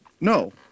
no